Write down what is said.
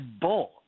bull